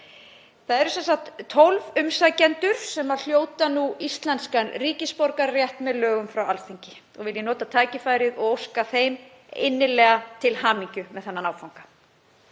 Það eru sem sagt 12 umsækjendur sem hljóta nú íslenskan ríkisborgararétt með lögum frá Alþingi og vil ég nota tækifærið og óska þeim innilega til hamingju með þennan áfanga.